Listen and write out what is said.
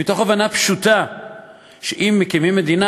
מתוך הבנה פשוטה שאם מקימים מדינה,